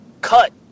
cut